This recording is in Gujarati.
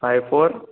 five four